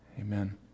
Amen